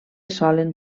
solen